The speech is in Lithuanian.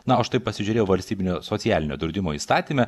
na o štai pasižiūrėjau valstybinio socialinio draudimo įstatyme